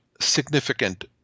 significant